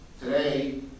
Today